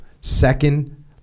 Second